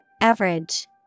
Average